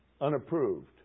Unapproved